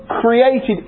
created